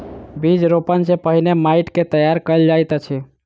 बीज रोपण सॅ पहिने माइट के तैयार कयल जाइत अछि